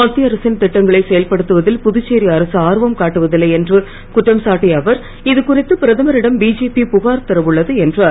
மத்திய அரசின் திட்டங்களை செயல்படுத்துவதில் புதுச்சேரி அரசு ஆர்வம் காட்டுவதில்லை என்று குற்றம் சாட்டிய அவர் இது குறித்து பிரதமரிடம் பிஜேபி புகார் தரவுள்ளது என்றார்